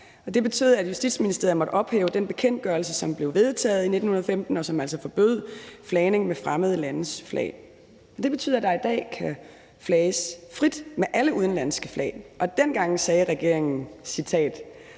det betød, at Justitsministeriet måtte ophæve den bekendtgørelse, som blev vedtaget i 1915, og som altså forbød flagning med fremmede landes flag. Det betyder, at der i dag kan flages frit med alle udenlandske flag. Dengang sagde regeringen, og